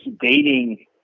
dating